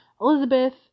Elizabeth